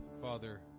Father